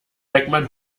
beckmann